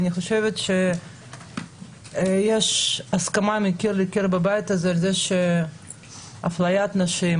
אני חושבת שיש הסכמה מקיר לקיר בבית הזה על כך שאפליית נשים,